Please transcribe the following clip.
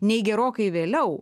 nei gerokai vėliau